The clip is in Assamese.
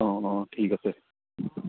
অঁ অঁ ঠিক আছে